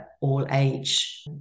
all-age